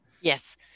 Yes